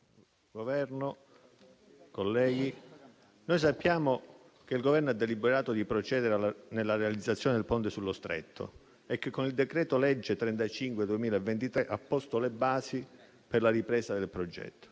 Ministro, colleghi, noi sappiamo che il Governo ha deliberato di procedere alla nella realizzazione del Ponte sullo Stretto e che con il decreto-legge n. 35 del 2023 ha posto le basi per la ripresa del progetto,